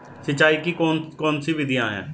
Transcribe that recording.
सिंचाई की कौन कौन सी विधियां हैं?